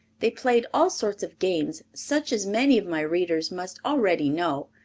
they played all sorts of games such as many of my readers must already know,